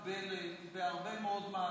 היכולת לסטות זו שיטה מקובלת בהרבה מאוד הליכים.